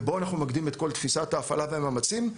שבו אנחנו ממקדים את כל תפיסת ההפעלה והמאמצים,